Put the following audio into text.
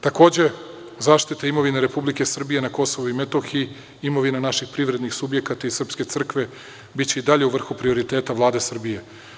Takođe, zaštita imovine Republike Srbije na Kosovu i Metohiji, imovina naših privrednih subjekata i srpske crkve biće i dalje u vrhu prioriteta Vlade Srbije.